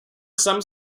some